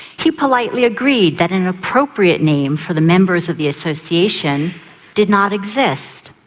he politely agreed that an appropriate name for the members of the association did not exist.